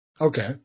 Okay